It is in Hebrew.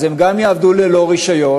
אז הם גם יעבדו ללא רישיון,